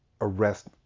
arrest